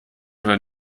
oder